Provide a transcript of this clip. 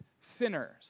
sinners